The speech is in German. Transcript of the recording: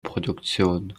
produktion